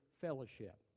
fellowship